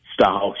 style